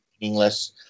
meaningless